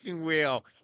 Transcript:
wheel